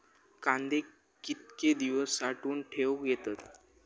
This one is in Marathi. कांदे कितके दिवस साठऊन ठेवक येतत?